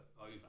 over